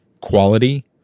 quality